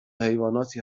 حیواناتی